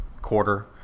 quarter